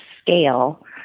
scale